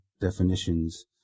definitions